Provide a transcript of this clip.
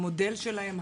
המודל שלהן,